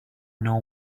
know